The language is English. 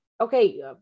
okay